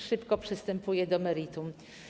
Szybko przystępuję do meritum.